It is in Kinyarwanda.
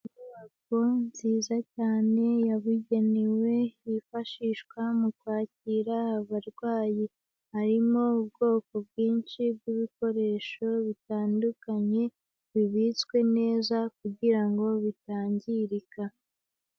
Inyubako nziza cyane yabugenewe yifashishwa mu kwakira abarwayi, harimo ubwoko bwinshi bw'ibikoresho bitandukanye bibitswe neza kugira ngo bitangirika.